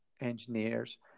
engineers